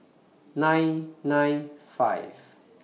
nine nine five